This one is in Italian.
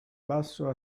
basso